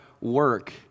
work